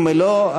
אם לא,